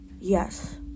Yes